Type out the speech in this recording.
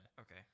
Okay